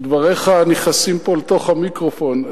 דבריך נכנסים כאן לתוך המיקרופון,